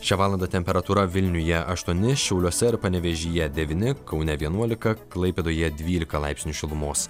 šią valandą temperatūra vilniuje aštuoni šiauliuose ir panevėžyje devyni kaune vienuolika klaipėdoje dvylika laipsnių šilumos